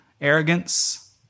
arrogance